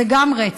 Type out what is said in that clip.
זה גם רצח,